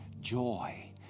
joy